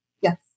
Yes